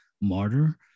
Martyr